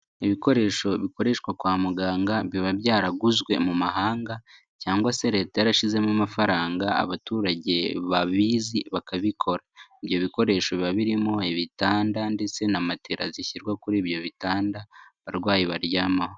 Ibikoresho bikoreshwa kwa muganga, biba byaraguzwe mu mahanga cyangwa se leta yarashizemo amafaranga abaturage babizi bakabikora. Ibyo bikoresho biba birimo ibitanda ndetse na matela zishyirwa kuri ibyo bitanda abarwayi baryamaho.